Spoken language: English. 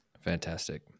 Fantastic